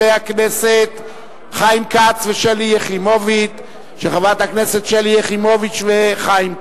הכנסת חיים כץ וחברת הכנסת שלי יחימוביץ.